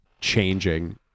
changing